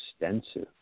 extensive